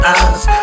eyes